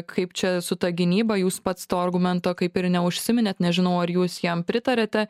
kaip čia su ta gynyba jūs pats to argumento kaip ir neužsiminėt nežinau ar jūs jam pritariate